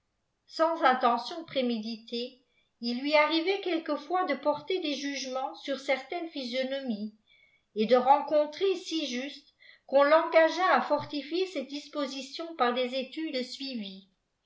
sans intention préméditée il lui arrivait quelquefois de porter des jugements sur certaines physionomies et de rencontrer si juste qu'on l'engagea à fortifier cette disposition par des études suivies